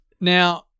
Now